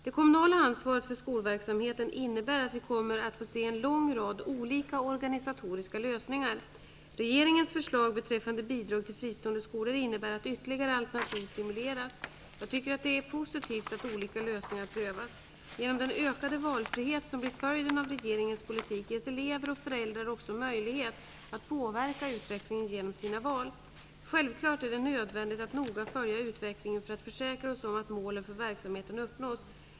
Det kommunala ansvaret för skolverksamheten innebär att vi kommer att få se en lång rad olika organisatoriska lösningar. Regeringens förslag beträffande bidrag till fristående skolor innebär att ytterligare alternativ stimuleras. Jag tycker att det är positivt att olika lösningar prövas. Genom den ökade valfrihet som blir följden av regeringens politik ges elever och föräldrar också möjlighet att påverka utvecklingen genom sina val. Självfallet är det nödvändigt att noga följa utvecklingen för att försäkra sig om att målen för verksamheten uppnås.